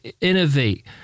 innovate